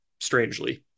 strangely